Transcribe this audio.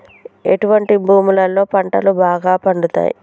ఎటువంటి భూములలో పంటలు బాగా పండుతయ్?